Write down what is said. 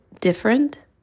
different